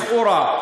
לכאורה,